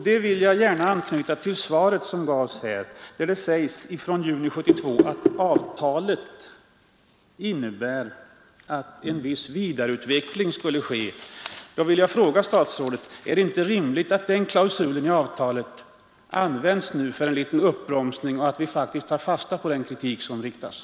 Jag vill gärna anknyta till svaret, där det sägs att avtalet från juni 1972 innebär att en viss vidareutveckling skulle ske. Då vill jag fråga statsrådet: Är det inte lämpligt att den klausulen används för en liten uppbromsning och att vi tar fasta på den kritik som framförts?